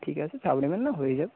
ঠিক আছে চাপ নেবেন না হয়ে যাবে